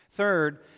Third